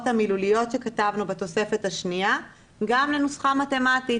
המילוליות שכתבנו בתוספת השנייה גם לנוסחה מתמטית,